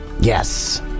Yes